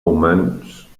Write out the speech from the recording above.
humans